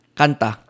kanta